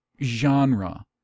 genre